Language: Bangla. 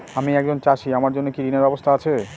আমি একজন চাষী আমার জন্য কি ঋণের ব্যবস্থা আছে?